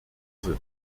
sind